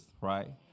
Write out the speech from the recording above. right